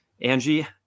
Angie